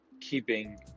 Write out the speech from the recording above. keeping